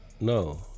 No